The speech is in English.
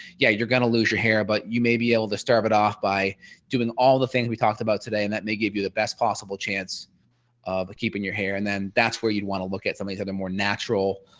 yeah you're going to lose your hair but you may be able to starve it off by doing all the things we talked about today and that may give you the best possible chance of keeping your hair and then that's where you'd want to look at something that a more natural